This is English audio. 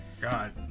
god